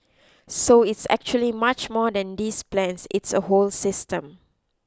so it's actually much more than these plans it's a whole system